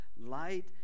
Light